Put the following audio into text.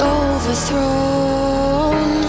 overthrown